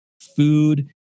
food